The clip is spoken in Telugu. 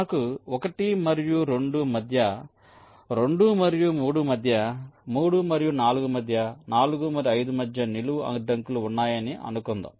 మనకు 1 మరియు 2 మధ్య 2 మరియు 3 మధ్య 3 మరియు 4 మధ్య 4 మరియు 5 మధ్య నిలువు అడ్డంకులు ఉన్నాయని అనుకుందాం